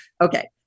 Okay